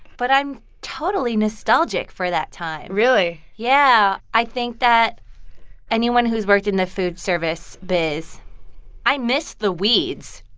but i'm totally nostalgic for that time really? yeah. i think that anyone who's worked in the food service biz i miss the weeds,